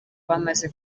bamaze